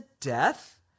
death